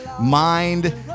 mind